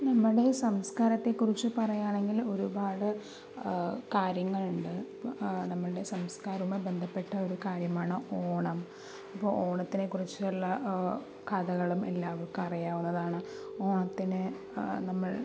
നമ്മുടെ സംസ്കാരത്തെക്കുറിച്ച് പറയുകയാണെങ്കിൽ ഒരുപാട് കാര്യങ്ങളുണ്ട് ഇപ്പോൾ നമ്മളുടെ സംസ്ക്കാരവുമായി ബന്ധപ്പെട്ട ഒരു കാര്യമാണ് ഓണം അപ്പോൾ ഓണത്തിനെക്കുറിച്ച് എല്ലാ കഥകളും എല്ലാവർക്കും അറിയാവുന്നതാണ് ഓണത്തിന് നമ്മൾ